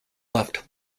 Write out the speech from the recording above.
left